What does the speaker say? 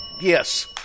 Yes